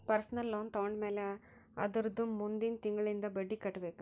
personal loan ತೊಂಡಮ್ಯಾಲ್ ಅದುರ್ದ ಮುಂದಿಂದ್ ತಿಂಗುಳ್ಲಿಂದ್ ಬಡ್ಡಿ ಕಟ್ಬೇಕ್